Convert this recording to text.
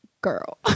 girl